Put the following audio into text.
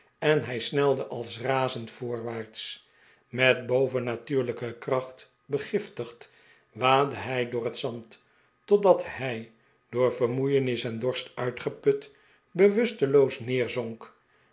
en hij snelde als razend voorwaarts met bovennatuurlijke kracht begiftigd waadde hij door het zand totdat hij door vermoeienis en dorst uitgeput bewusteloos